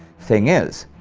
thing is,